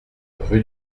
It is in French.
rue